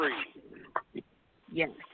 Yes